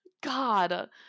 God